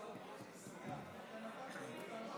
ההצעה להעביר את הנושא